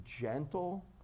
gentle